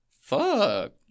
Fuck